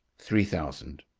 three thousand